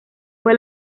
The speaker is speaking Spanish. fue